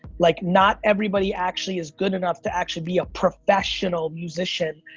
like not everybody actually is good enough to actually be a professional musician,